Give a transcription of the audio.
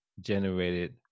generated